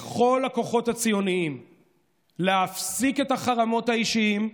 לכל הכוחות הציוניים להפסיק את החרמות האישיים,